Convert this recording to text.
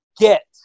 get